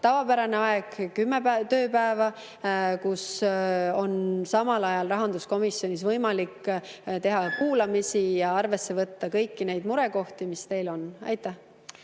tavapärane aeg, kümme tööpäeva, ja samal ajal on rahanduskomisjonis võimalik teha kuulamisi ja arvesse võtta kõiki neid murekohti, mis teil on. Aitäh!